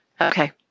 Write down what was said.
Okay